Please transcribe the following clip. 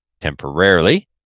Temporarily